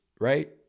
right